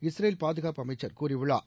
Israel பாதுகாப்பு அமைச்சர் கூறியுள்ளார்